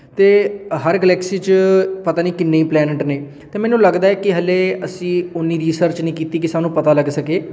ਅਤੇ ਹਰ ਗਲੈਕਸੀ 'ਚ ਪਤਾ ਨਹੀਂ ਕਿੰਨੇ ਹੀ ਪਲੈਨਿਟ ਨੇ ਅਤੇ ਮੈਨੂੰ ਲੱਗਦਾ ਹੈ ਕਿ ਹਾਲੇ ਅਸੀਂ ਓਨੀ ਰੀਸਰਚ ਨਹੀਂ ਕੀਤੀ ਕਿ ਸਾਨੂੰ ਪਤਾ ਲੱਗ ਸਕੇ